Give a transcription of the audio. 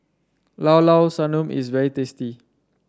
Llao Llao Sanum is very tasty